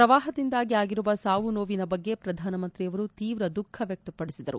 ಪ್ರವಾಪಗಳಿಂದಾಗಿ ಆಗಿರುವ ಸಾವು ನೋವಿನ ಬಗ್ಗೆ ಪ್ರಧಾನಮಂತ್ರಿಯವರು ತೀವ್ರ ದುಃಖ ವ್ವಕ್ತ ಪಡಿಸಿದರು